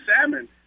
salmon